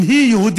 אם היא יהודית,